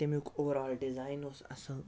تَمیُک overall design اوس اَصٕل